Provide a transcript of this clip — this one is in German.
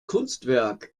kunstwerk